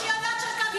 מה זה קשור לחטופים?